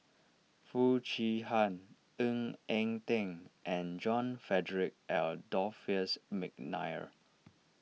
Foo Chee Han Ng Eng Teng and John Frederick Adolphus McNair